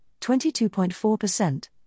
22.4%